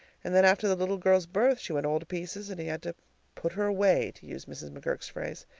and then after the little girl's birth she went all to pieces, and he had to put her away, to use mrs. mcgurk's phrase.